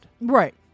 Right